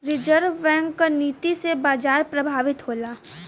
reserve bank क नीति से बाजार प्रभावित होला